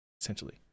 essentially